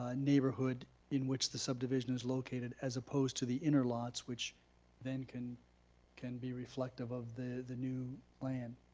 ah neighborhood in which the subdivision is located as opposed to the inner lots which then can can be reflective of the the new land.